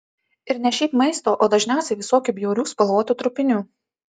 ir ne šiaip maisto o dažniausiai visokių bjaurių spalvotų trupinių